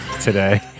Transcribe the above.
today